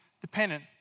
dependent